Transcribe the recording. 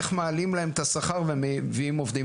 איך מעלים להם את השכר ומביאים עובדים,